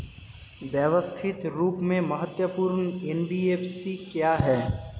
व्यवस्थित रूप से महत्वपूर्ण एन.बी.एफ.सी क्या हैं?